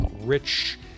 rich